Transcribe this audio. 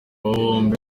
bombi